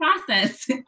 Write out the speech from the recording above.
process